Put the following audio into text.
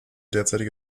derzeitige